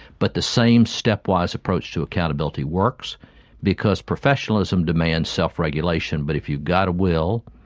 but the same stepwise approach to accountability works because professionalism demands self-regulation, but if you've got a will,